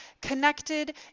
connected